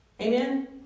Amen